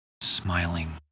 smiling